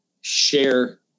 share